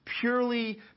purely